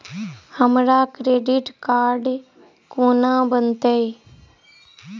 हमरा credit card कोना बनतै?